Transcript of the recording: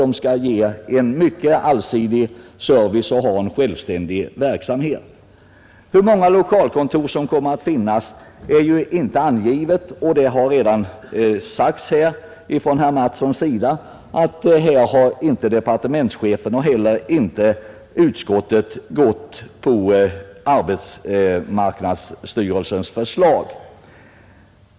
De skall ge en mycket allsidig service och ha en självständig verksamhet. Hur många lokalkontor som kommer att finnas är inte angivet, och det har redan sagts här av herr Mattsson att varken departementschefen eller utskottet har följt arbetsmarknadsstyrelsens förslag.